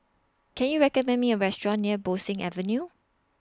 Can YOU recommend Me A Restaurant near Bo Seng Avenue